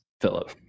Philip